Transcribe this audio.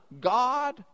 God